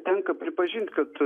tenka pripažint kad